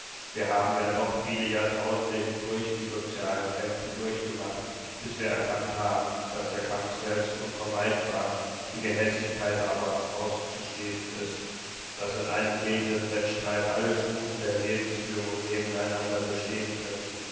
wir haben ja doch viele jahrtausende hindurch die sozialen kämpfe durchgemacht bis wir erkannt haben daß der kampf selbst unvermeidbar die gehässigkeit aber auszuschließen ist daß in einem edlen wettstreit alle stufen der lebensführung nebeneinander bestehen können